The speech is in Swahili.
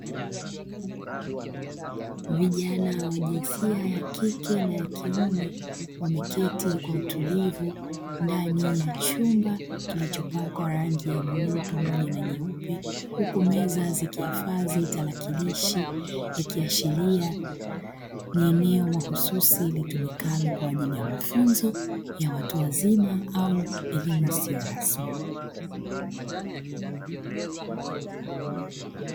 Vijana wa jinsia ya kike na ya kiume wameketi kwa utulivu ndani ya chumba kilichopakwa rangi ya bluu pamoja na nyeupe huku meza zikihifadhi talakilishi ikiashiria ni eneo mahususi litumikalo kwa ajili ya mafunzo ya watu wazima au elimu isiyo rasmi.